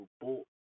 bought